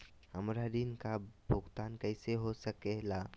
हमरा ऋण का भुगतान कैसे हो सके ला?